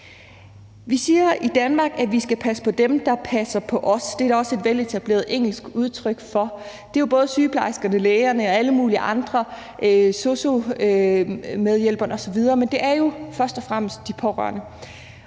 Vi siger i Danmark, at vi skal passe på dem, der passer på os, og det er der også et veletableret engelsk udtryk for, og det er jo både sygeplejerskerne, lægerne, sosu-hjælperne og alle mulige andre. Men det er først og fremmest også de pårørende,